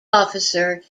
officer